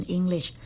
English